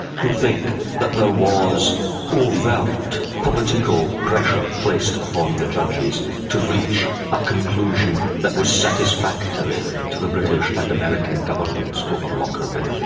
who think that there was overt political pressure placed upon the judges to reach a conclusion that was satisfactory to the british and american governments over lockerbie.